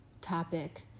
topic